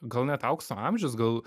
gal net aukso amžius gal